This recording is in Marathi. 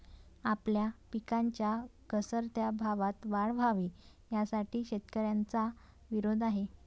आपल्या पिकांच्या घसरत्या भावात वाढ व्हावी, यासाठी शेतकऱ्यांचा विरोध आहे